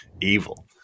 evil